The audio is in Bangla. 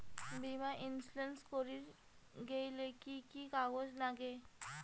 বীমা ইন্সুরেন্স করির গেইলে কি কি কাগজ নাগে?